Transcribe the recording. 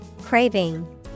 Craving